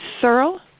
thorough